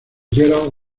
gerald